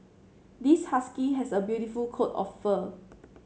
this husky has a beautiful coat of fur